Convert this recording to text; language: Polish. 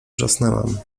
wrzasnęłam